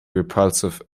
repulsive